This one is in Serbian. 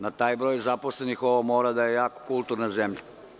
Na taj broj zaposlenih, ovo mora da je jako kulturna zemlja.